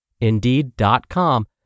Indeed.com